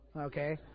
okay